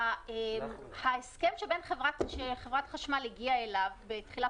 ההסכם שחברת החשמל הגיעה אליו בתחילת